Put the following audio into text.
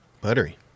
Buttery